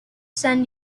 san